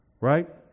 Right